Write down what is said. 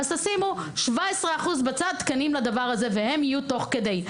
תשימו 17% בצד תקנים לדבר הזה, והם יהיו תוך כדי.